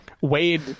Wade